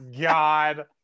God